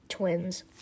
Twins